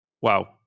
wow